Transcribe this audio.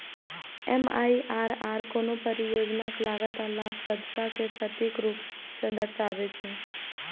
MIRR कोनो परियोजनाक लागत आ लाभप्रदता कें सटीक रूप सं दर्शाबै छै